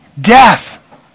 death